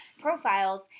Profiles